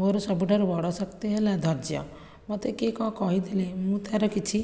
ମୋର ସବୁଠାରୁ ବଡ଼ ଶକ୍ତି ହେଲା ଧୈର୍ଯ୍ୟ ମତେ କିଏ କ'ଣ କହିଦେଲେ ମୁଁ ତା'ର କିଛି